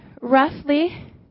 Roughly